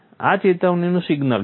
આ ચેતવણીનું સિગ્નલ છે